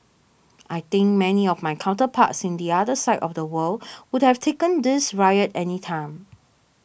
I think many of my counterparts in the other side of the world would have taken this riot any time